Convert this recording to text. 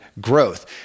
growth